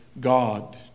God